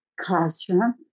classroom